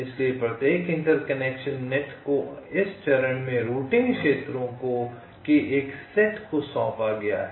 इसलिए प्रत्येक interconnection net को इस चरण में रूटिंग क्षेत्रों के एक सेट को सौंपा गया है